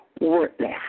worthless